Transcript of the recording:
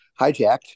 hijacked